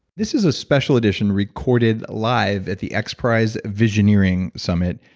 this is a special edition recorded live at the xprize visioneering summit.